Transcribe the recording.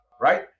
right